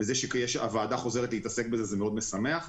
זה שהוועדה חוזרת לעסוק בזה, זה מאוד משמח.